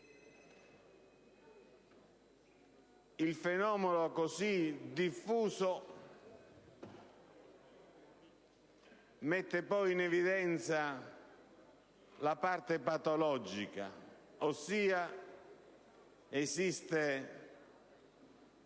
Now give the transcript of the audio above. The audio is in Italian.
Il fenomeno così diffuso mette poi in evidenza la parte patologica, ossia l'esistenza